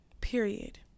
period